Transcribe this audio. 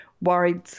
worried